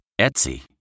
Etsy